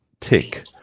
tick